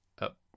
up